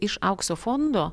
iš aukso fondo